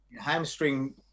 hamstring